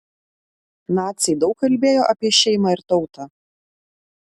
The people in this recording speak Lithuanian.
naciai daug kalbėjo apie šeimą ir tautą